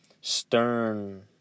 stern